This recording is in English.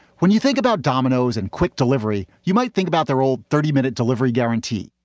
when you think about domino's and quick delivery, you might think about their old thirty minute delivery guarantee